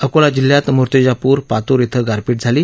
अकोला जिल्ह्यात मुर्तिजापूर पातूर इथं गारपीट झाली